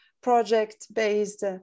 project-based